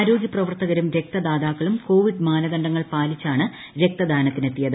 ആരോഗ്യപ്രവർത്തകരും രക്തദാതാക്കളും കോവിഡ് മാനദണ്ഡങ്ങൾ പാലിച്ചാണ് രക്തദാനത്തിനെത്തിയത്